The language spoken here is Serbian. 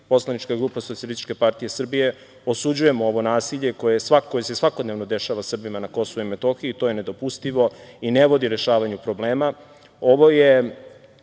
socijalisti, PG Socijalističke partije Srbije osuđuje ovo nasilje koje se svakodnevno dešava Srbima na Kosovu i Metohiji, to je nedopustivo i ne vodi rešavanju problema.